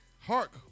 Hark